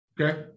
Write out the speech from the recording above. okay